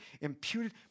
imputed